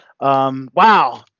Wow